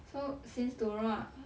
so since tomorrow I err